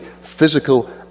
physical